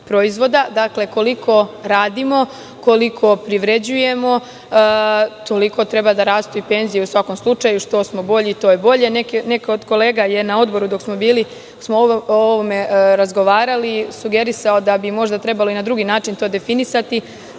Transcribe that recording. dakle, koliko radimo, koliko privređujemo, toliko treba da rastu i penzije, u svakom slučaju, što smo bolji, to je bolje. Neko od kolega je, dok smo o ovome razgovarali na Odboru, sugerisao da bi možda trebalo i na drugi način to definisati.